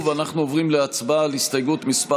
אם הם היו משקיעים עשירית מהזמן בלשבת עם מנהלי